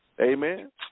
Amen